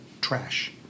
trash